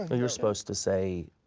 ah you're supposed to say